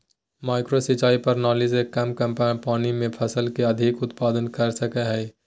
micro सिंचाई प्रणाली से कम पानी में फसल के अधिक उत्पादन कर सकय हइ